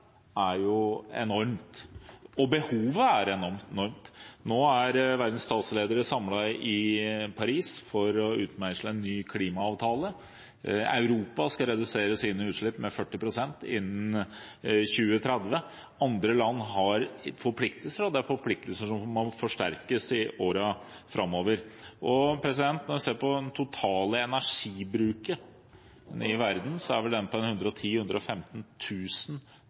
er enormt, og behovet er enormt. Nå er verdens statsledere samlet i Paris for å utmeisle en ny klimaavtale. Europa skal redusere sine utslipp med 40 pst. innen 2030. Andre land har forpliktelser, og det er forpliktelser som må forsterkes i årene framover. Når vi ser på den totale energibruken i verden, er den på ca. 110